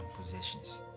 possessions